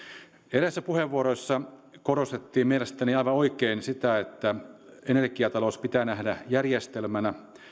eräissä puheenvuoroissa korostettiin mielestäni aivan oikein sitä että energiatalous pitää nähdä järjestelmänä